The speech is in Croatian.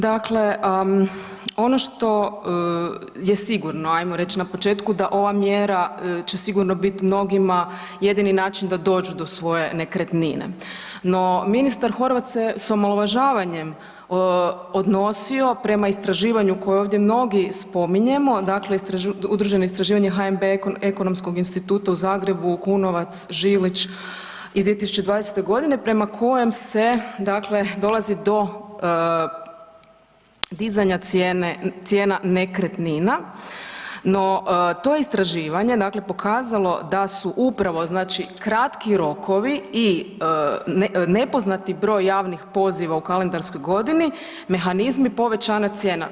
Dakle, ono što je sigurno ajmo reć na početku, da ova mjera će sigurno bit mnogima jedini način da dođu do svoje nekretnine no ministar Horvat s sa omalovažavanjem odnosio prema istraživanju koje ovdje mnogi spominjemo, dakle udruženo istraživanje HNB Ekonomskog instituta u Zagrebu, Kunovac-Žilić iz 2020. g. prema kojem se dakle dolazi do dizanja cijena nekretnina no to istraživanje je dakle pokazalo da su upravo znači kratki rokovi i nepoznati broj javnih poziva u kalendarskoj godini, mehanizmi povećavanja cijena.